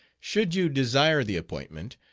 should you desire the appointment,